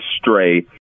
stray